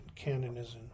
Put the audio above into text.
canonism